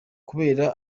kubera